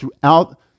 throughout